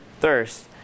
thirst